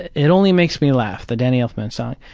it it only makes me laugh, the danny elfman song,